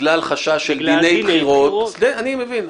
בגלל דיני בחירות אני מבין,